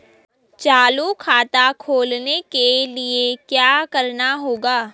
चालू खाता खोलने के लिए क्या करना होगा?